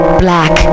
black